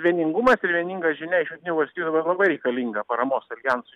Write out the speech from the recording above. vieningumas ir vieninga žinia iš jungtinių valstijų yra labai reikalinga paramos aljansui